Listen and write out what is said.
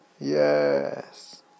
Yes